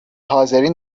حاضرین